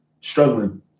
struggling